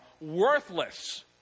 worthless